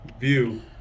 view